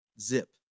Zip